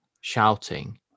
shouting